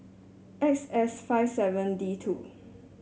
X S five seven D two